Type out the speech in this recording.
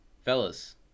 Fellas